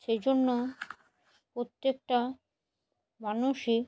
সেই জন্য প্রত্যেকটা মানুষই